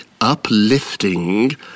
uplifting